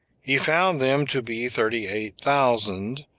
he found them to be thirty-eight thousand,